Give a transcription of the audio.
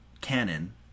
canon